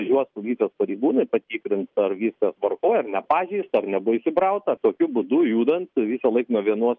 į juos nuvykęs pareigūnai patikrins ar viskas tvarkoj ar nepažeista ar nebuvo įsibrauta tokiu būdu judant visąlaik nuo vienos prie kitos